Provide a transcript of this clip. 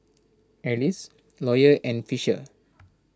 Alys Lawyer and Fisher